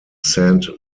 saint